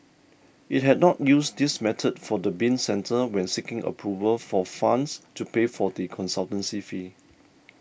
it had not used this method for the bin centre when seeking approval for funds to pay for the consultancy fee